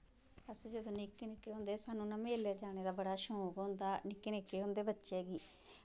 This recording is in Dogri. अस जदूं निक्के निक्के होंदे हे स्हानू ना मेलै जाने दा बड़ा शौक होंदा निक्के निक्के होंदे बच्चे बी